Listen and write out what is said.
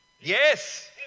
Yes